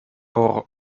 por